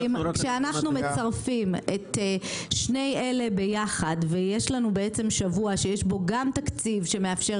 כשאנחנו מצרפים את שני אלה ביחד ויש לנו בעצם שבוע שיש בו גם תקציב שמאפשר